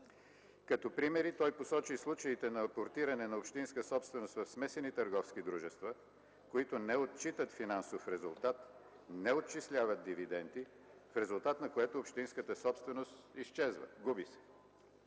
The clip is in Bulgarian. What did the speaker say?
Като примери той посочи и случаите на апортиране на общинска собственост в смесени търговски дружества, които не отчитат финансов резултат, не отчисляват дивиденти, в резултат на което общинската собственост изчезва, губи се.